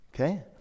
Okay